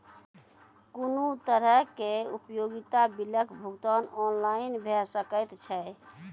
कुनू तरहक उपयोगिता बिलक भुगतान ऑनलाइन भऽ सकैत छै?